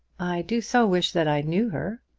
i do so wish that i knew her.